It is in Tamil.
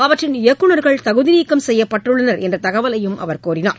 அவற்றின் இயக்குநர்கள் தகுதிநீக்கம் செய்யப்பட்டுள்ளனர் என்ற தகவலையும் அவர் கூறினார்